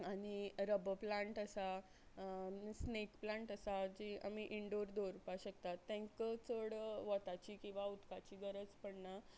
आनी rubber plant आसा snake plant आसा जी आमी इंडोर दवरपा शकतात तांकां चड वताची किंवां उदकाची गरज पडना